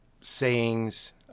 sayings